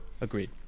agreed